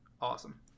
awesome